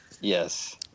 Yes